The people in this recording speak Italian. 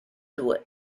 due